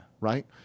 right